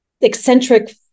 eccentric